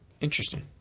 Interesting